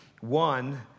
One